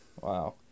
Wow